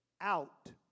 out